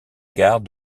gare